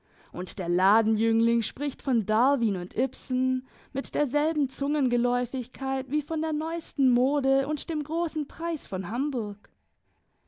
und der ladenjüngling spricht von darwin und ibsen mit derselben zungengeläufigkeit wie von der neuesten mode und dem grossen preis von hamburg